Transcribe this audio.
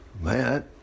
man